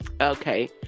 Okay